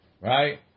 Right